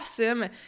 awesome